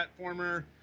platformer